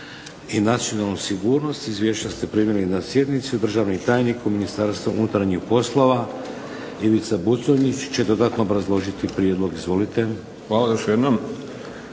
Hvala još jednom.